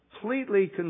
completely